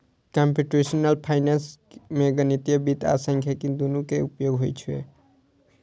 computational finance मे गणितीय वित्त आ सांख्यिकी, दुनू के उपयोग होइ छै